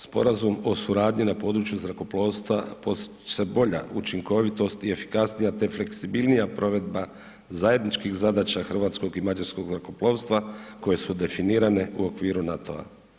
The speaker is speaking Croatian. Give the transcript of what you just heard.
Sporazum o suradnji na području zrakoplovstva postiže se bolja učinkovitost i efikasnija te fleksibilnija provedba zajedničkih zadaća hrvatskog i mađarskog zrakoplovstva koje su definirane u okviru NATO-a.